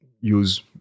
use